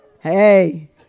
Hey